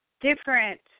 different